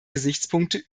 gesichtspunkte